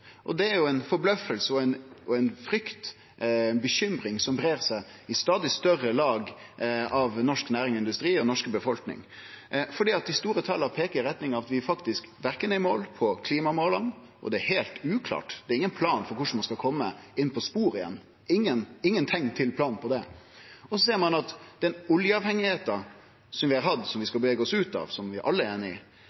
Det er ei forbløffing og ei frykt, ei bekymring, som breier seg i stadig større lag av norske næringar og industri og i den norske befolkninga. Dei store tala peiker i retning av at vi faktisk ikkje er i mål med klimamåla, og det er heilt uklart – det er ingen plan – korleis ein skal kome inn på sporet igjen, ingen teikn til plan på det. Så ser ein at det at ein har vore så avhengig av olja som vi har vore, noko vi